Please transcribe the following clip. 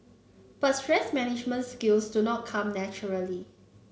but stress management skills do not come naturally